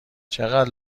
چقدر